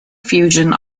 fusion